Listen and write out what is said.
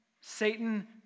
Satan